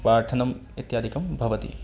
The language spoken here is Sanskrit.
पाठनम् इत्यादिकं भवति